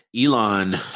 Elon